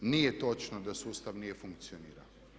Nije točno da sustav nije funkcionirao.